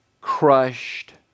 crushed